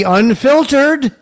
unfiltered